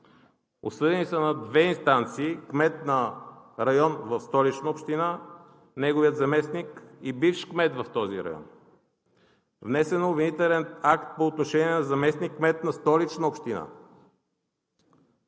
осъдени са на две инстанции кмет на район в Столична община, неговият заместник и бивш кмет в този район; внесен е обвинителен акт по отношение на заместник-кмет на Столична община;